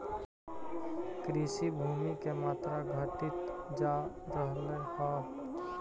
कृषिभूमि के मात्रा घटित जा रहऽ हई